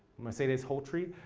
mercedes holtree,